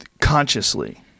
consciously